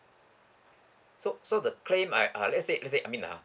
so so the claim I I let's say let's say I mean uh